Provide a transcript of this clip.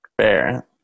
Fair